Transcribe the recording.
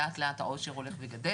לאט לאט העושר הולך וגדל,